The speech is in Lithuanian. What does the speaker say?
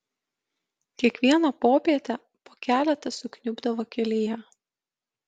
kiekvieną popietę po keletą sukniubdavo kelyje